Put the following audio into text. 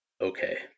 Okay